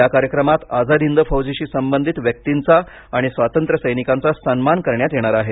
या कार्यक्रमात आझाद हिंद फौजेशी संबंधित व्यक्तींचा आणि स्वातंत्र्यसैनिकांचा सन्मान करण्यात येणार आहे